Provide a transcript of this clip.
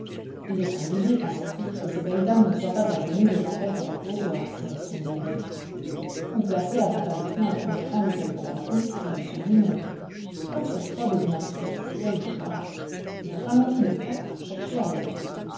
il est singulier pensa-t-il que ces belles dames ne soient pas à genoux devant quelque reposoir si elles sont dévotes ou placées avantageusement au premier rang de quelque balcon si elles sont du monde comme cette robe est bien prise quelle grâce il ralentit le pas pour chercher à les voir